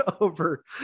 over